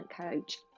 coach